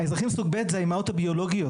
האזרחים סוג ב' הן האימהות הביולוגיות,